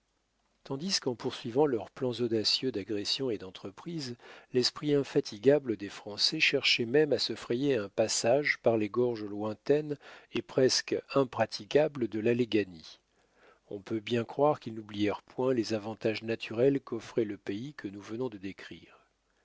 tandis qu'en poursuivant leurs plans audacieux d'agression et d'entreprise l'esprit infatigable des français cherchait même à se frayer un passage par les gorges lointaines et presque impraticables de l'alleghany on peut bien croire qu'ils n'oublièrent point les avantages naturels qu'offrait le pays que nous venons de décrire